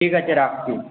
ঠিক আছে রাখছি